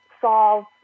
solve